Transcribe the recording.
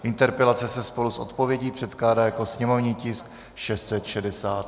Interpelace se spolu s odpovědí předkládá jako sněmovní tisk 667.